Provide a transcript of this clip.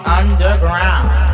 underground